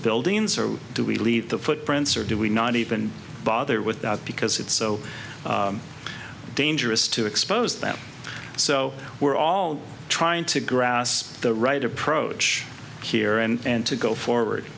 buildings or do we leave the footprints or do we not even bother with that because it's so dangerous to expose that so we're all trying to grasp the right approach here and to go forward